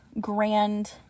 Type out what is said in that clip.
grand